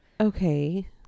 Okay